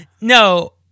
No